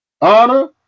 Honor